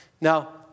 Now